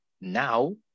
now